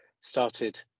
started